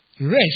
rest